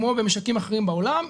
כמו במשקים אחרים בעולם,